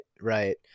right